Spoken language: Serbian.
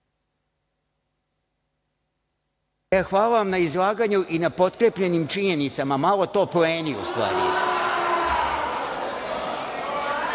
Hvala vam na izlaganju i potkrepljenim činjenicama malo to poeni, u stvari.